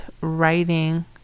writing